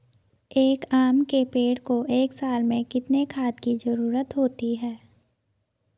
एक आम के पेड़ को एक साल में कितने खाद की जरूरत होती है?